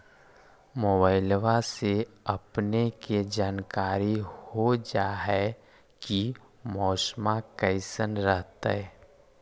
मोबाईलबा से अपने के जानकारी हो जा है की मौसमा कैसन रहतय?